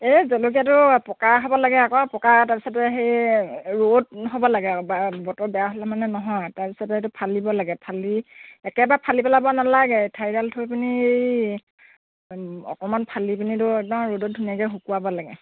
এই জলকীয়াটো পকা হ'ব লাগে আকৌ পকা তাৰ পিছতে সেই ৰ'দ হ'ব লাগে আৰু বা বতৰ বেয়া হ'লে মানে নহয় তাৰ পিছতে সেইটো ফালিব লাগে ফালি একেবাৰে ফালি পেলাব নালাগে ঠাৰিদাল থৈ পিনি এই অকণমান ফালি পিনি একদম ৰ'দত ধুনীয়াকৈ শুকুৱাব লাগে